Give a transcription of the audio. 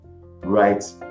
Right